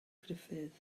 gruffudd